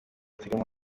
turimo